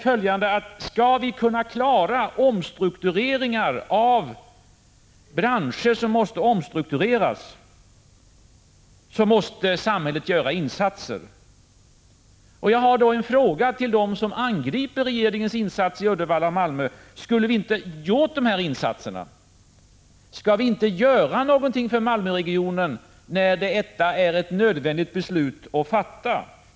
Skall vi kunna klara omstruktureringar av branscher som måste omstruktureras, så måste samhället göra insatser. Jag har då en fråga till dem som angriper regeringens insatser i Uddevalla och Malmö: Skulle vi inte ha gjort de här insatserna? Skall vi inte göra någonting för Malmöregionen, när det är nödvändigt att fatta ett beslut?